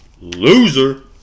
Loser